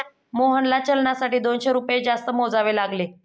मोहनला चलनासाठी दोनशे रुपये जास्त मोजावे लागले